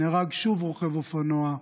נהרג שוב רוכב אופנוע,